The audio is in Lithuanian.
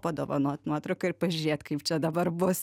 padovanot nuotrauką ir pažiūrėt kaip čia dabar bus